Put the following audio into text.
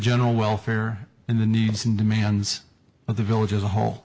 general welfare and the needs and demands of the village as a whole